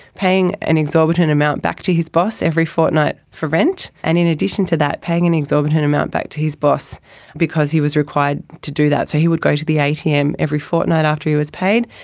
paying an exorbitant amount back to his boss every fortnight for rent, and in addition to that paying an exorbitant amount back to his boss because he was required to do that. so he would go to the atm every fortnight after he was paid,